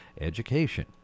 education